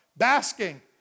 basking